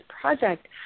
project